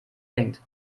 denkt